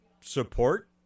support